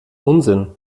unsinn